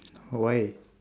why